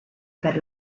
per